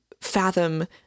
fathom